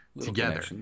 together